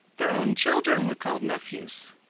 their own children were called nephews.